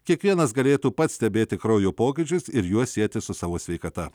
kiekvienas galėtų pats stebėti kraujo pokyčius ir juos sieti su savo sveikata